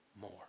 more